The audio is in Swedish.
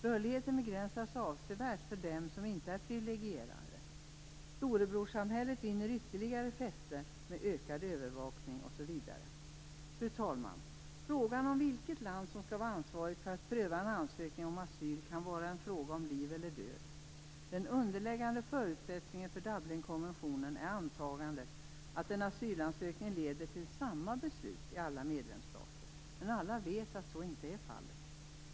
Rörligheten begränsas avsevärt för dem som inte är privilegierade. Storebrorssamhället vinner ytterligare fäste med ökad övervakning osv. Fru talman! Frågan om vilket land som skall vara ansvarigt för att pröva en ansökning om asyl kan vara en fråga om liv eller död. Den underliggande förutsättningen för Dublinkonventionen är antagandet att en asylansökning leder till samma beslut i alla medlemsstater, men alla vet att så inte är fallet.